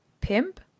Pimp